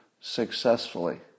successfully